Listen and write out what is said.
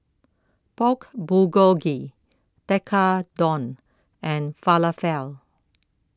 Pork Bulgogi Tekkadon and Falafel